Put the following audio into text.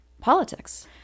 politics